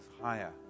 higher